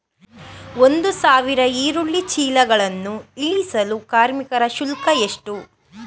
ಒಂದು ಸಾವಿರ ಈರುಳ್ಳಿ ಚೀಲಗಳನ್ನು ಇಳಿಸಲು ಕಾರ್ಮಿಕರ ಶುಲ್ಕ ಎಷ್ಟು?